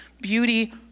beauty